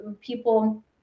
people